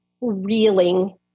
reeling